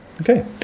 okay